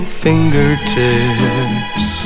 fingertips